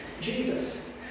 Jesus